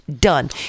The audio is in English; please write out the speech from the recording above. done